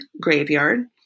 graveyard